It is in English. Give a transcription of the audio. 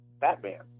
Batman